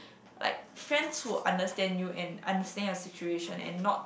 like friends who understand you and understand your situation and not